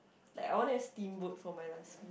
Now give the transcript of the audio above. like I want a steamboat for my last meal